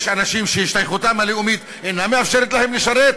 יש אנשים שהשתייכותם הלאומית אינה מאפשרת להם לשרת.